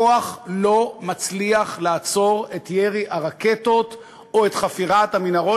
הכוח לא מצליח לעצור את ירי הרקטות או את חפירת המנהרות,